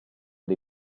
dei